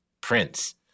Prince